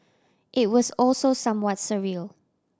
it was also somewhat surreal